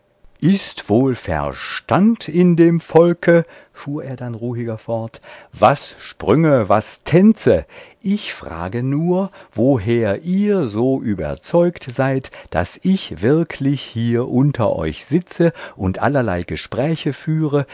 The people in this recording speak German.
ist wohl verstand in dem volke fuhr er dann ruhiger fort was sprünge was tänze ich frage nur woher ihr so überzeugt seid daß ich wirklich hier unter euch sitze und allerlei gespräche führe